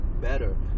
better